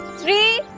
three,